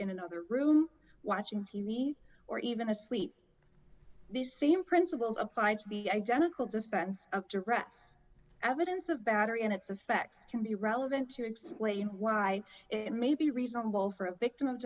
in another room watching t v or even asleep these same principles applied to the identical defense up to arrest evidence of battery and its effect can be relevant to explain why it may be reasonable for a victim of